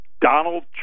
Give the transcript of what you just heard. Donald